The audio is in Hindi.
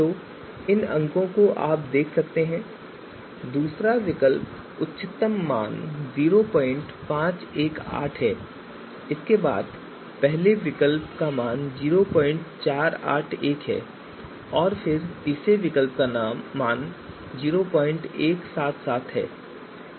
तो इन अंकों से आप देख सकते हैं कि दूसरा विकल्प उच्चतम मान 0518 है उसके बाद पहले विकल्प का मान 0481 है और फिर तीसरे विकल्प का मान 0177 है